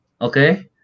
okay